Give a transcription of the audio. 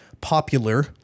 popular